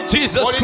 Jesus